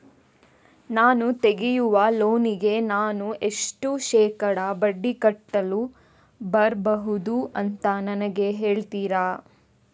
ನಾನು ತೆಗಿಯುವ ಲೋನಿಗೆ ನಾನು ಎಷ್ಟು ಶೇಕಡಾ ಬಡ್ಡಿ ಕಟ್ಟಲು ಬರ್ಬಹುದು ಅಂತ ನನಗೆ ಹೇಳ್ತೀರಾ?